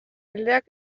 erleak